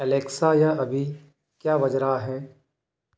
Alexa यह अभी क्या बज रहा है